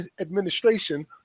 administration